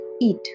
eat